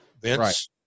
Vince